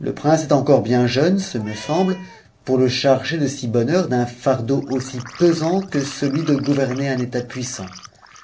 leprinceest encore bien jeune j c semble pour le charger de si bonne heure d'un fardeau aussi pesant ce ai de gouverner un étal puissant